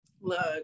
Look